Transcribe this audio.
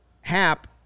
Hap